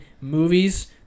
movies